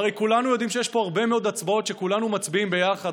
והרי כולנו יודעים שיש פה הרבה מאוד הצבעות שכולנו מצביעים ביחד,